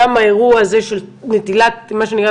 גם האירוע הזה של נטילת מה שנקרא,